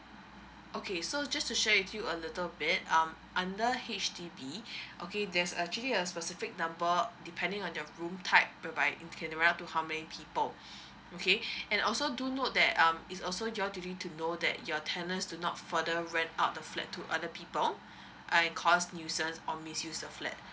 okay so just to share with you a little bit um under H_D_B okay there's actually a specific number depending on your room type whereby you can rent out to how many people okay and also do note that um it's also your duty to know that your tenants do not further rent out the flat to other people and cause nuisance or misuse the flat